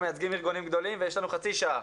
הם מייצגים ארגונים גדולים ויש לנו חצי שעה.